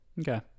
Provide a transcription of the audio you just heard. Okay